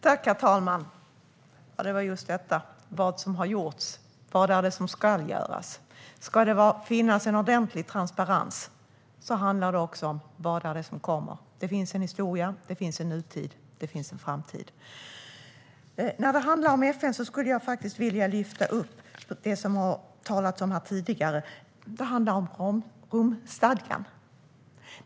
Herr talman! Det var just detta, vad som har gjorts och vad det är som ska göras. Ska det vara en ordentlig transparens handlar det också om vad det är som kommer. Det finns en historia, det finns en nutid och det finns en framtid. När det handlar om FN skulle jag vilja lyfta upp något som har talats om här tidigare, nämligen Romstadgan.